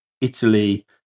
Italy